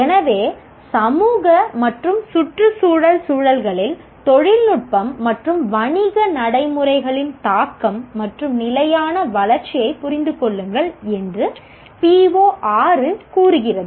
எனவே சமூக மற்றும் சுற்றுச்சூழல் சூழல்களில் தொழில்நுட்பம் மற்றும் வணிக நடைமுறைகளின் தாக்கம் மற்றும் நிலையான வளர்ச்சியைப் புரிந்து கொள்ளுங்கள் என்று PO6 கூறுகிறது